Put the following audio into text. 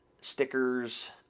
stickers